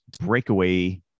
breakaway